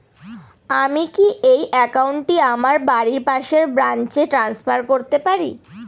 আমি কি এই একাউন্ট টি আমার বাড়ির পাশের ব্রাঞ্চে ট্রান্সফার করতে পারি?